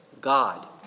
God